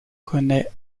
connaît